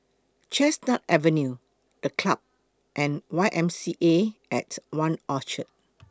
Chestnut Avenue The Club and Y M C A At one Orchard